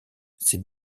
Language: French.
ces